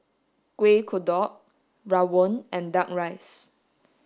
Kueh Kodok Rawon and duck rice